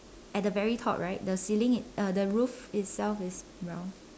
at the very top right the ceiling it uh the roof itself is brown